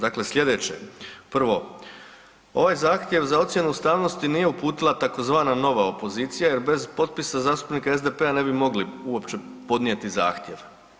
Dakle, sljedeće, prvo, ovaj zahtjev za ocjenu ustavnosti nije uputila tzv. nova opozicija jer bez potpisa zastupnika SDP-a ne bi mogli uopće podnijeti zahtjev.